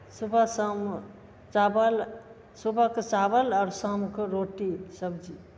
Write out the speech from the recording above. सुबह शाम चावल सुबहकेँ चावल आओर शामके रोटी सब्जी